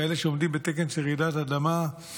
כאלה שעומדים בתקן של רעידת אדמה,